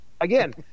again